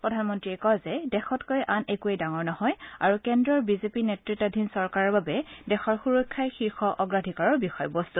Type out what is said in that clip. প্ৰধানমন্ত্ৰীযে কয় যে দেশতকৈ আন একোৱেই ডাঙৰ নহয় আৰু কেন্দ্ৰৰ বিজেপি নেতৃতাধীন চৰকাৰৰ বাবে দেশৰ সুৰক্ষাই শীৰ্ষ অগ্ৰাধিকাৰৰ বিষয়বস্তু